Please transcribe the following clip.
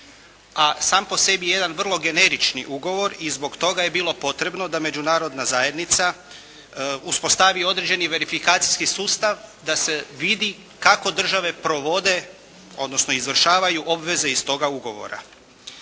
a sam po sebi je jedan vrlo generični ugovor i zbog toga je bilo potrebno da međunarodna zajednica uspostavi određeni verifikacijski sustav da se vidi kako države provode odnosno izvršavaju obveze iz toga ugovora.